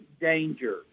danger